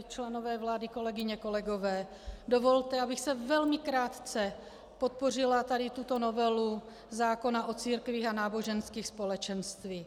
Členové vlády, kolegyně, kolegové, dovolte, abych velmi krátce podpořila tuto novelu zákona o církvích a náboženských společnostech.